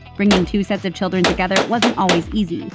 bringing two sets of children together wasn't always easy. and